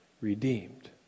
redeemed